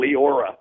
Leora